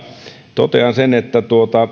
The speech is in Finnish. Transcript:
totean sen että